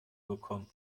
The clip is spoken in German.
bekommen